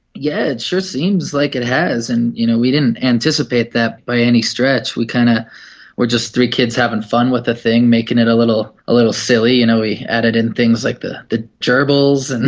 yeah it sure seems like it has, and you know we didn't anticipate that by any stretch. we kind of were just three kids having fun with the thing, making it a little little silly. you know, we added in things like the the gerbils. and